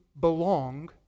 belong